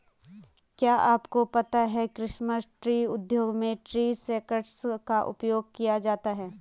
क्या आपको पता है क्रिसमस ट्री उद्योग में ट्री शेकर्स का उपयोग किया जाता है?